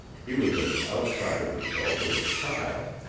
he was as outside of himself as a child.